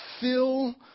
fill